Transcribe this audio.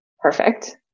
perfect